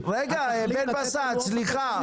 רגע, בן בסט, סליחה.